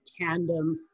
tandem